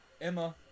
Emma